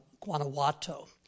Guanajuato